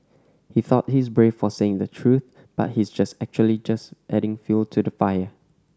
he thought he's brave for saying the truth but he's actually just adding fuel to the fire